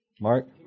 Mark